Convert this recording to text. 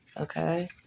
okay